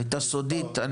הייתה סודית,